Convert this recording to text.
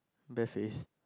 bare face